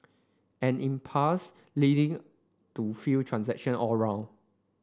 an impasse leading to fewer transactions all round